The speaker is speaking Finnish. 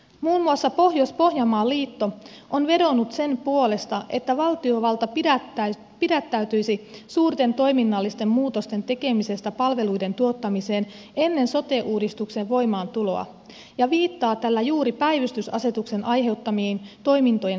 muun muassa pohjois pohjanmaan liitto on vedonnut sen puolesta että valtiovalta pidättäytyisi suurten toiminnallisten muutosten tekemisestä palveluiden tuottamiseen ennen sote uudistuksen voimaantuloa ja viittaa tällä juuri päivystysasetuksen aiheuttamiin toimintojen supistuksiin